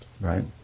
right